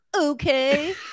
okay